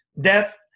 death